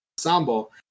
ensemble